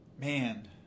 man